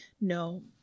No